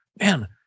man